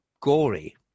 gory